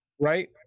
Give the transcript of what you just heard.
right